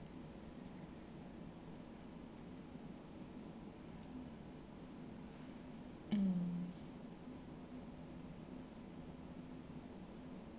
mm